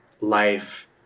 life